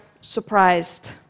surprised